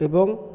ଏବଂ